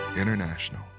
International